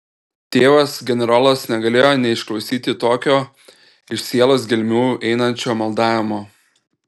tėvas generolas negalėjo neišklausyti tokio iš sielos gelmių einančio maldavimo